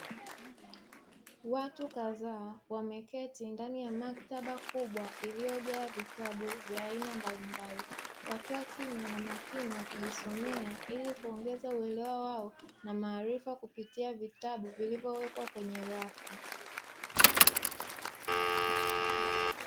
Watu kadhaa, wameketi ndani ya maktaba kubwa iliyojaa vitabu vya aina mbalimbali, wakiwa kimya na makini, wakijisomea ili kuongeza uelewa wao na maarifa kupitia vitabu vilivyowekwa kwenye rafu.